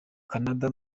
kanada